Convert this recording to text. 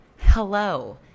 Hello